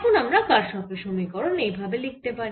এখন আমরা কারশফের সমীকরণ এই ভাবে লিখতে পারি